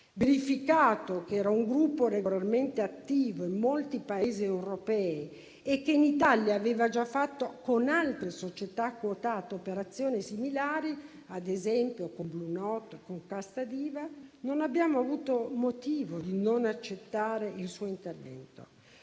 Verificato che era un gruppo regolarmente attivo in molti Paesi europei e che in Italia aveva già fatto operazioni similari con altre società quotate - ad esempio con Blue Note e con Casta Diva - non abbiamo avuto motivo di non accettare il suo intervento.